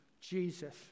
Jesus